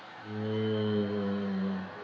mm